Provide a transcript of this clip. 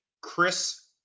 Chris